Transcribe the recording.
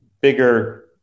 bigger